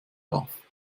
darf